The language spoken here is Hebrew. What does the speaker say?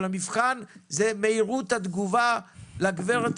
אבל המבחן זה מהירות התגובה לגברת